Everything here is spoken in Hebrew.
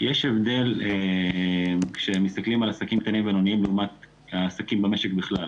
יש הבדל כשמסתכלים על עסקים קטנים ובינוניים לעומת העסקים במשק בכלל.